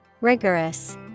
Rigorous